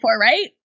right